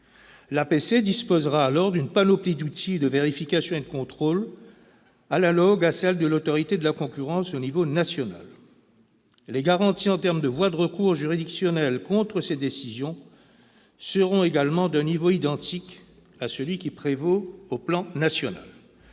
L'APC disposera alors d'une panoplie d'outils de vérification et de contrôle analogue à celle de l'Autorité de la concurrence au niveau national. Les garanties en termes de voie de recours juridictionnel contre ses décisions seront également d'un niveau identique à celui qui prévaut sur le plan national.